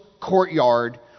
courtyard